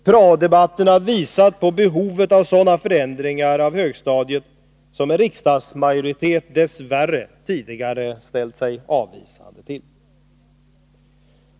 Prao-debatten har visat på behovet av sådana förändringar av högstadiet som en riksdagsmajoritet dess värre tidigare ställt sig avvisande till.